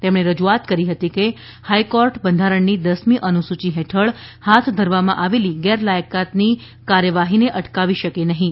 તેમણે રજૂઆત કરી હતી કે હાઇકોર્ટ બંધારણની દસમી અનુસૂચિ હેઠળ હાથ ધરવામાં આવેલી ગેરલાયકાતની કાર્યવાહીને અટકાવી શકે નહીં